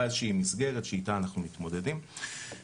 לעבד את כל האינפורמציה בצורה ממוחשבת,